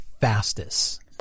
fastest